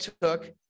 took